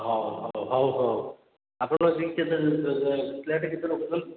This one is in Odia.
ହଉ ହଉ ହଉ ହଉ ଆପଣ ପ୍ଲେଟ୍ କେତେ ରଖୁଛନ୍ତି